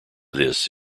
this